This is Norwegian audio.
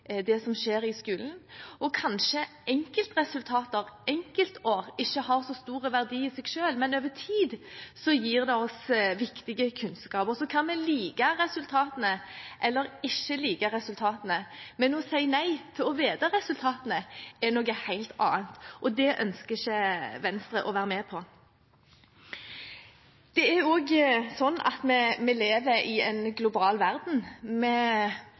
det som skjer i skolen. Kanskje har enkeltresultater og enkeltår ikke så stor verdi i seg selv, men over tid gir det oss viktig kunnskap. Så kan vi like resultatene eller ikke like dem, men å si nei til å vite resultatene er noe helt annet, og det ønsker ikke Venstre å være med på. Det er jo også slik at vi lever i en global verden.